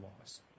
loss